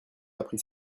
appris